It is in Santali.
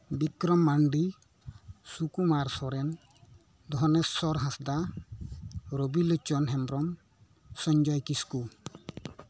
ᱵᱤᱠᱨᱚᱢ ᱢᱟᱱᱰᱤ ᱥᱩᱠᱩᱢᱟᱨ ᱥᱚᱨᱮᱱ ᱫᱷᱚᱱᱮᱥᱥᱚᱨ ᱦᱟᱸᱥᱫᱟ ᱨᱚᱵᱤᱞᱳᱪᱚᱱ ᱦᱮᱢᱵᱨᱚᱢ ᱥᱚᱧᱡᱚᱭ ᱠᱤᱥᱠᱩ